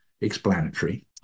explanatory